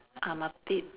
I'm a bit